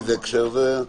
באיזה הקשר זה?